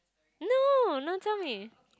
no no tell me